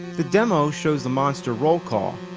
the demo shows the monster roll call.